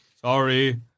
Sorry